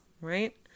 right